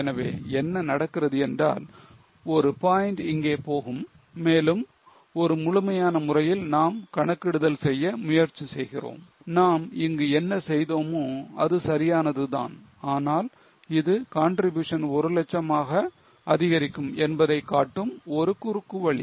எனவே என்ன நடக்கிறது என்றால் 1 point இங்கே போகும் மேலும் ஒரு முழுமையான முறையில் நாம் கணக்கிடுதல் செய்ய முயற்சி செய்கிறோம் நாம் இங்கு என்ன செய்தோமோ அது சரியானதுதான் ஆனால் இது contribution 100000 ஆக அதிகரிக்கும் என்பதை காட்டும் ஒரு குறுக்கு வழி